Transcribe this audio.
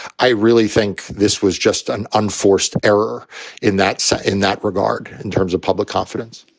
i really think this was just an unforced error in that so in that regard, in terms of public confidence,